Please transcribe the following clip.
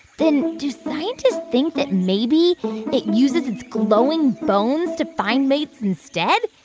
then do scientists think that maybe it uses its glowing bones to find mates instead?